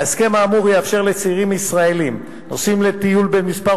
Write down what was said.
ההסכם האמור יאפשר לצעירים ישראלים הנוסעים לטיול בן כמה